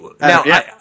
now